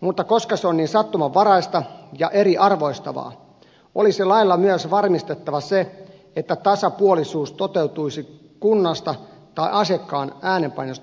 mutta koska se on niin sattumanvaraista ja eriarvoistavaa olisi lailla myös varmistettava se että tasapuolisuus toteutuisi kunnasta tai asiakkaan äänenpainosta riippumatta